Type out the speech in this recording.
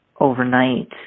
overnight